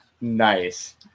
Nice